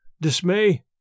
dismay